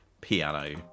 Piano